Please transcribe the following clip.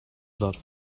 lot